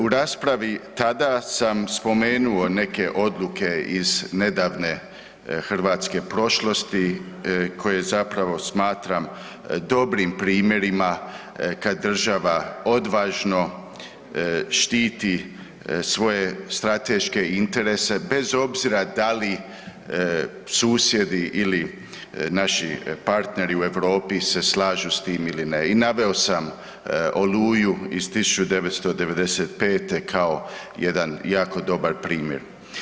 U raspravi tada sam spomenuo neke odluke iz nedavne hrvatske prošlosti koje zapravo smatram dobrim primjerima kad država odvažno štiti svoje strateške interese bez obzira da li susjedi ili naši partneri u Europi se slažu s tim ili ne i naveo sam „Oluju“ iz 1995. kao jedan jako dobar primjer.